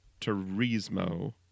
Turismo